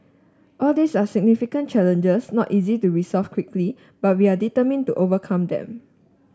all these are significant challenges not easy to resolve quickly but we are determined to overcome them